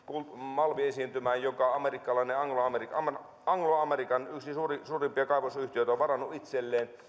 malmiesiintymä jonka amerikkalainen anglo american yksi suurimpia kaivosyhtiöitä on varannut itselleen